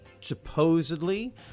supposedly